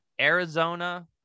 Arizona